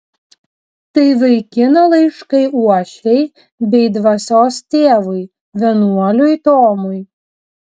tai vaikino laiškai uošvei bei dvasios tėvui vienuoliui tomui